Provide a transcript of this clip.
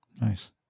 Nice